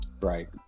Right